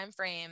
timeframe